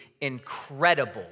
incredible